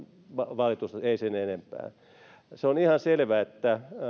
valitusta ei sen enempää se on ihan selvä että